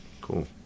Cool